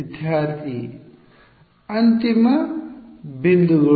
ವಿದ್ಯಾರ್ಥಿ ಅಂತಿಮ ಬಿಂದುಗಳು